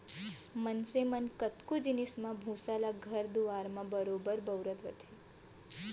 मनसे मन कतको जिनिस म भूसा ल घर दुआर म बरोबर बउरत रथें